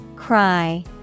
Cry